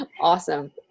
awesome